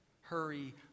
hurry